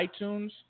iTunes